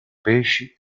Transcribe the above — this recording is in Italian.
pesci